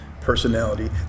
personality